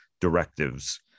directives